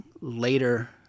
later